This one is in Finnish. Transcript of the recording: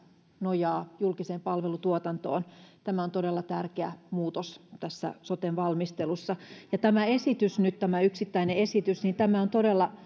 nojaa julkiseen palvelutuotantoon tämä on todella tärkeä muutos tässä soten valmistelussa ja tämä esitys nyt tämä yksittäinen esitys on todella